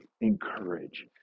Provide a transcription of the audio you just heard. encourage